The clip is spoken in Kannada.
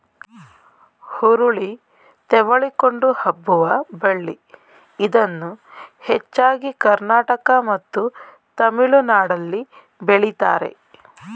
ಹುರುಳಿ ತೆವಳಿಕೊಂಡು ಹಬ್ಬುವ ಬಳ್ಳಿ ಇದನ್ನು ಹೆಚ್ಚಾಗಿ ಕರ್ನಾಟಕ ಮತ್ತು ತಮಿಳುನಾಡಲ್ಲಿ ಬೆಳಿತಾರೆ